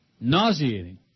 nauseating